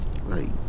Right